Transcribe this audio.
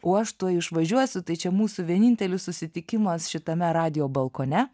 o aš tuoj išvažiuosiu tai čia mūsų vienintelis susitikimas šitame radijo balkone